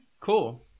Cool